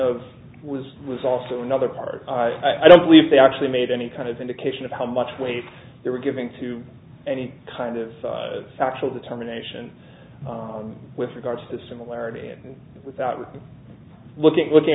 of was was also another part i don't believe they actually made any kind of indication of how much weight they were giving to any kind of factual determination with regard to similarity and without looking looking